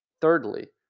thirdly